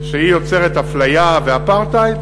שהיא יוצרת אפליה ואפרטהייד,